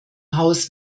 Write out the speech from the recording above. haus